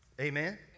Amen